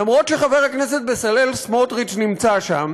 למרות הימצאות חבר הכנסת בצלאל סמוטריץ שם,